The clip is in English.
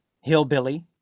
hillbilly